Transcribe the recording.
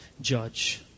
judge